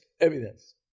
evidence